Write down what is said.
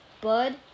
Bud